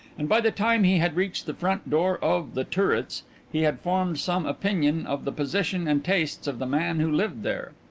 and by the time he had reached the front door of the turrets he had formed some opinion of the position and tastes of the man who lived there.